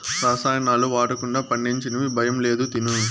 రసాయనాలు వాడకుండా పండించినవి భయం లేదు తిను